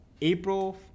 April